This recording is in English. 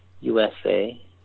USA